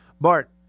Bart